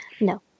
No